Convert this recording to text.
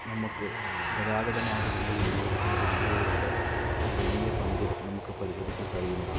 നമുക്ക് ഗതാഗത മാർഗ്ഗങ്ങളിൽ നേരിടുന്ന വെല്ലുവിളികളുടെ ഒരു വലിയ പങ്കും നമുക്ക് പരിഹരിക്കാൻ കഴിയുന്നതാണ്